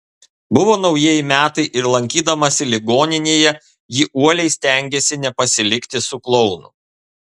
buvo naujieji metai ir lankydamasi ligoninėje ji uoliai stengėsi nepasilikti su klounu